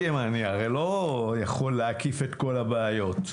אני הרי לא יכול להקיף את כל הבעיות.